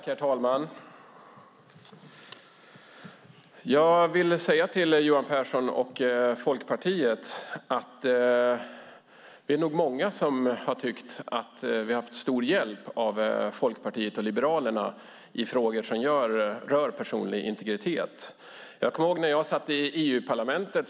Herr talman! Jag vill säga till Johan Pehrson och Folkpartiet att det nog är många som tyckt att vi har haft stor hjälp av Folkpartiet och liberalerna i frågor som rör personlig integritet. Jag kommer ihåg när satt i EU-parlamentet.